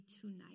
tonight